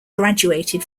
graduated